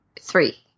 three